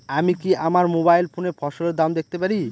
আমি কি আমার মোবাইল ফোনে ফসলের দাম দেখতে পারি?